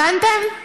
הבנתם?